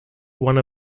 one